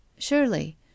Surely